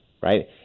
right